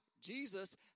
Jesus